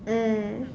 mm